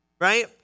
Right